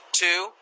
two